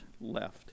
left